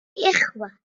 إخوة